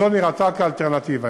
וזו נראתה כאלטרנטיבה.